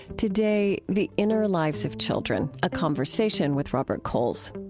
today, the inner lives of children a conversation with robert coles.